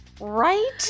right